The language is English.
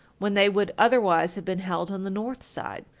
when they would otherwise have been held on the north side.